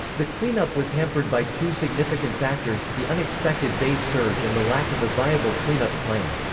the cleanup was hampered by two significant factors the unexpected base surge and the lack of a viable cleanup plan.